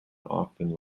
often